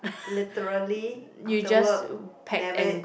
literally after work